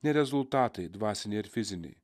ne rezultatai dvasiniai ir fiziniai